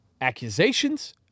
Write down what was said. accusations